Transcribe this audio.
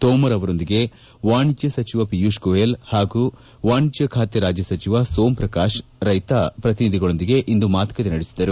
ತೋಮರ್ ಅವರೊಂದಿಗೆ ವಾಣಿಜ್ಞ ಸಚಿವ ಪಿಯೂಷ್ ಗೋಯಲ್ ಹಾಗೂ ವಾಣಿಜ್ಞ ಖಾತೆ ರಾಜ್ಯ ಸಚಿವ ಸೋಮ್ಪ್ರಕಾಶ್ ರೈತ ಪ್ರತಿನಿಧಿಗಳೊಂದಿಗೆ ಇಂದು ಮಾತುಕತೆ ನಡೆಸಿದರು